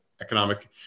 economic